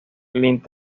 link